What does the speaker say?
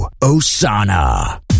osana